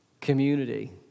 Community